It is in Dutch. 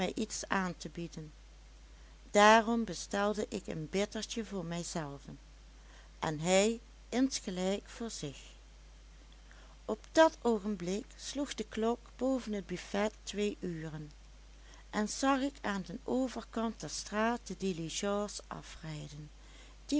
iets aan te bieden daarom bestelde ik een bittertje voor mij zelven en hij insgelijks voor zich op dat oogenblik sloeg de klok boven't buffet twee uren en zag ik aan den overkant der straat de diligence afrijden